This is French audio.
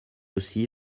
aussi